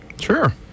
Sure